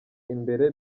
imbere